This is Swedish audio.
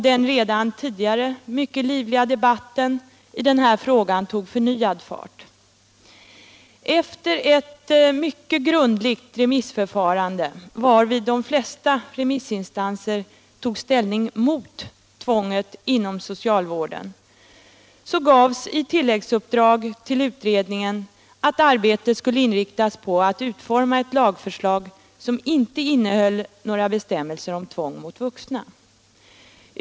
Den redan tidigare mycket livliga debatten i denna fråga tog förnyad fart. Efter ett mycket grundligt remissförfarande, varvid de flesta remissinstanser tog ställning mot tvånget inom socialvården, gavs så i tillläggsuppdrag till utredningen att arbetet skulle inriktas på att utforma ett lagförslag, som inte innehöll några bestämmelser om tvång mot vuxna.